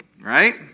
Right